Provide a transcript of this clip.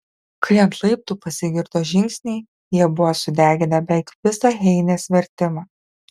kai ant laiptų pasigirdo žingsniai jie buvo sudeginę beveik visą heinės vertimą